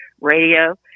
radio